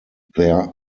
there